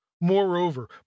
moreover